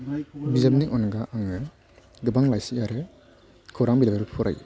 बिजाबनि अनगा आङो गोबां लाइसि आरो खौरां बिलाइफोर फरायो